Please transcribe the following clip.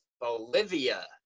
Bolivia